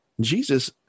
Jesus